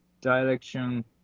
direction